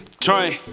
train